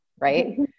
Right